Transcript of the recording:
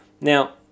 now